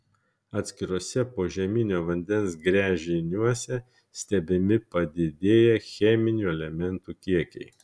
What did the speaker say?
atskiruose požeminio vandens gręžiniuose stebimi padidėję cheminių elementų kiekiai